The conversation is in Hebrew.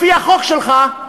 לפי החוק שלך,